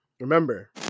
remember